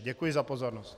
Děkuji za pozornost.